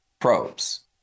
probes